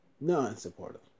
non-supportive